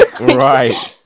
right